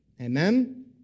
Amen